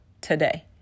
today